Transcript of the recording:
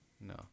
No